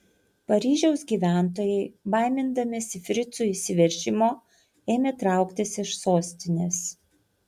paryžiaus gyventojai baimindamiesi fricų įsiveržimo ėmė trauktis iš sostinės